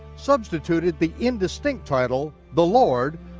substituted the indistinct title, the lord,